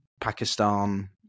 Pakistan